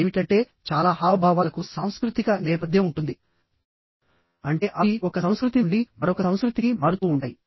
ఏమిటంటే చాలా హావభావాలకు సాంస్కృతిక నేపథ్యం ఉంటుంది అంటే అవి ఒక సంస్కృతి నుండి మరొక సంస్కృతికి మారుతూ ఉంటాయి